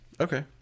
okay